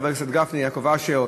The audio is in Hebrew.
חברי הכנסת גפני ויעקב אשר,